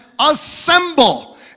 assemble